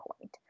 point